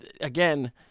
Again